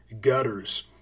gutters